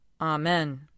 Amen